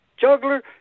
juggler